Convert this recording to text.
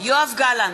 יואב גלנט,